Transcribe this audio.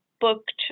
booked